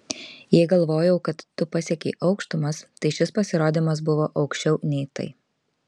jei galvojau kad tu pasiekei aukštumas tai šis pasirodymas buvo aukščiau nei tai